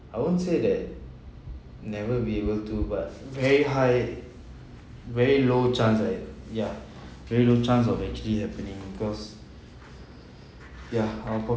I won't say that never be able to but very high very low chance like ya very low chance of actually happening because ya our